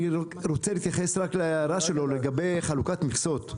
אני רוצה להתייחס רק להערה שלו לגבי חלוקת מכסות.